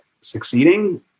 succeeding